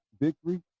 victory